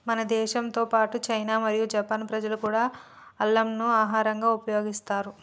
మన భారతదేశంతో పాటు చైనా మరియు జపాన్ ప్రజలు కూడా అల్లంను ఆహరంగా ఉపయోగిస్తారు